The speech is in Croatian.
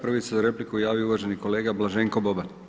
Prvi se za repliku javio uvaženi kolega Blaženko Boban.